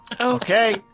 Okay